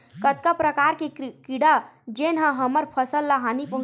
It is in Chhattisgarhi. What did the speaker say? कतका प्रकार के कीड़ा जेन ह हमर फसल ल हानि पहुंचाथे?